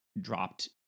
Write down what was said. dropped